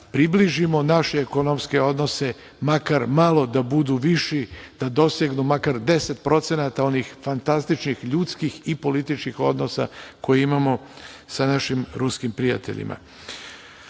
približimo naše ekonomske odnose makar malo da budu viši, da dosegnu makar 10% onih fantastičnih ljudskih i političkih odnosa koje imamo sa našim ruskim prijateljima. Srbija